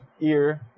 ear